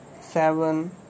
seven